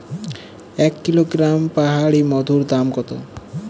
এক কিলোগ্রাম পাহাড়ী মধুর দাম কত?